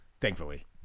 thankfully